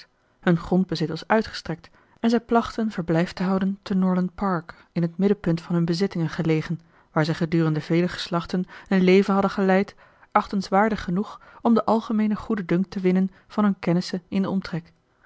hun grondbezit was uitgestrekt en zij plachten verblijf te houden te norland park in het middenpunt van hun bezittingen gelegen waar zij gedurende vele geslachten een leven hadden geleid achtenswaardig genoeg om den algemeenen goeden dunk te winnen van hunne kennissen in den omtrek